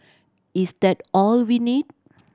is that all we need